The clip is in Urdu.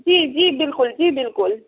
جی جی بالکل جی بالکل